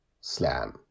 slam